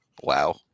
Wow